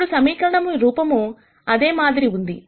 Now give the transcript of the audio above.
ఇప్పుడు సమీకరణం యొక్క రూపము అదే మాదిరి ఉంది